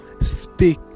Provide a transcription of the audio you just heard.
speak